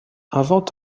invente